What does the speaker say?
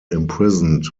imprisoned